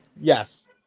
Yes